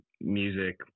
music